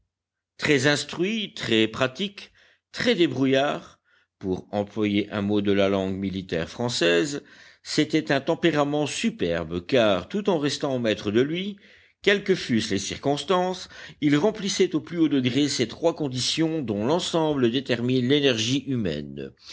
très instruit très pratique très débrouillard pour employer un mot de la langue militaire française c'était un tempérament superbe car tout en restant maître de lui quelles que fussent les circonstances il remplissait au plus haut degré ces trois conditions dont l'ensemble détermine l'énergie humaine